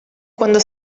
quando